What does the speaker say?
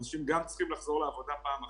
אנשים צריכים לחזור לעבודה, פעם אחת,